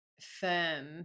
firm